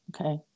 Okay